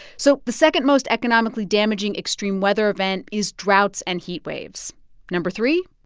so the second most economically damaging extreme weather event is droughts and heat waves no. three.